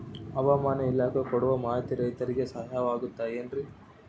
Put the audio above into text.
ಹವಮಾನ ಇಲಾಖೆ ಕೊಡುವ ಮಾಹಿತಿ ರೈತರಿಗೆ ಸಹಾಯವಾಗುತ್ತದೆ ಏನ್ರಿ?